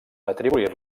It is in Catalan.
atribuir